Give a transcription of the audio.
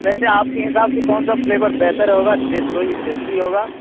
वैसे आपके हिसाब से कौन सा फ्लेवर बेहतर होगा टेस्ट वही टेस्टी होगा